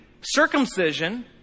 circumcision